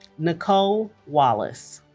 nicole wallace